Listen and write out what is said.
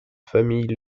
famille